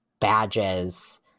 badges